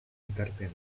bitartean